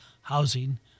housing